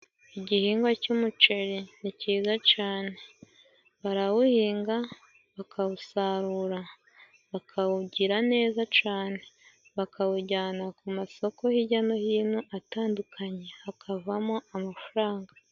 Igihingwa cy'umuceri ni cyiza cane, barawuhinga bakawusarura, bakawugira neza cane, bakawujyana ku masoko hijya no hino atandukanye, hakavamo amafaranga.